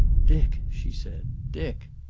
dick! she said. dick!